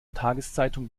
tageszeitung